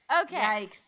okay